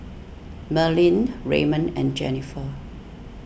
Merlyn Raymon and Jenifer